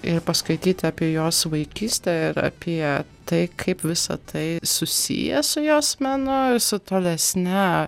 ir paskaityti apie jos vaikystę ir apie tai kaip visa tai susiję su jos menu ir su tolesne